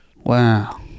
Wow